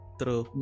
true